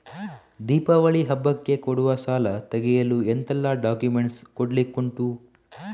ದೀಪಾವಳಿ ಹಬ್ಬಕ್ಕೆ ಕೊಡುವ ಸಾಲ ತೆಗೆಯಲು ಎಂತೆಲ್ಲಾ ಡಾಕ್ಯುಮೆಂಟ್ಸ್ ಕೊಡ್ಲಿಕುಂಟು?